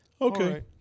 Okay